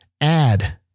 add